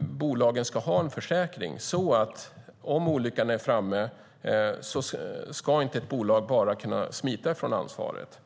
bolagen ska ha en försäkring? Om olyckan är framme ska inte ett bolag bara kunna smita från ansvaret.